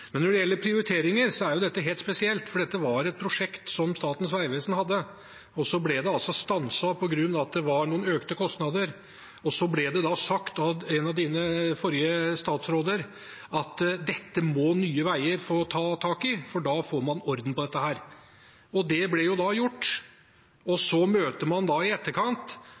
Men når det gjelder prioriteringer, er dette helt spesielt. Dette var et prosjekt som Statens vegvesen hadde, og så ble det stanset på grunn av økte kostnader. Så ble det sagt av en av de forrige statsrådene at dette måtte Nye Veier få ta tak i, for da fikk man orden på det. Det ble gjort, og så møter man i etterkant